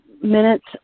minutes